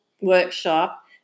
workshop